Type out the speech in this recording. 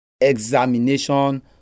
Examination